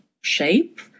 shape